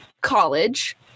college